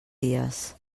dies